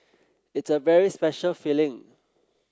it's a very special feeling